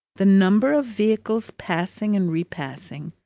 the number of vehicles passing and repassing,